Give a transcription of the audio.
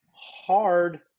hard